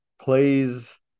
plays